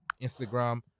Instagram